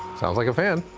sounds like a fan.